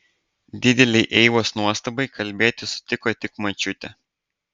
didelei eivos nuostabai kalbėti sutiko tik močiutė